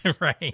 Right